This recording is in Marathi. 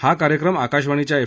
हा कार्यक्रम आकाशवाणीच्या एफ